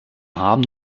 haben